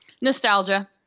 Nostalgia